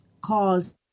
cause